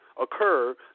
occur